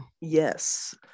yes